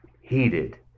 Heated